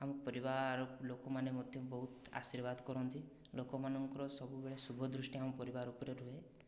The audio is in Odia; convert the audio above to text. ଆମ ପରିବାର ଲୋକମାନେ ମୋତେ ବହୁତ ଆଶୀର୍ବାଦ କରନ୍ତି ଲୋକମାନଙ୍କର ସବୁବେଳେ ଶୁଭ ଦୃଷ୍ଟି ଆମ ପରିବାର ଉପରେ ରୁହେ